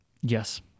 Yes